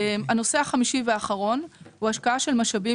הנושא החמישי והאחרון הוא השקעה של משאבים